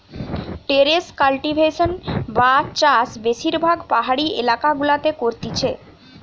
terrace cultivation বা চাষ বেশিরভাগ পাহাড়ি এলাকা গুলাতে করতিছে